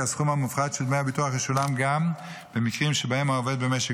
הסכום המופחת של דמי הביטוח ישולם גם במקרים שבהם העובד במשק